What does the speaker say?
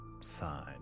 sign